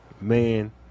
man